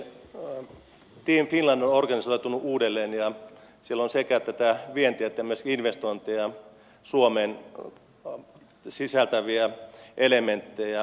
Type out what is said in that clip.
team finland on organisoitunut uudelleen ja siellä on sekä tätä vientiä että myöskin investointeja suomeen sisältäviä elementtejä